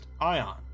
ion